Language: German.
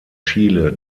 chile